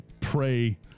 Pray